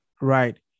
Right